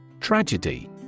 Tragedy